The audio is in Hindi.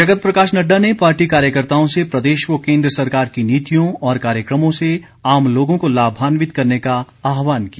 जगत प्रकाश नड्डा ने पार्टी कार्यकर्ताओं से प्रदेश व केंद्र सरकार की नीतियों और कार्यकर्मों से आम लोगों को लाभान्वित करने का आहवान किया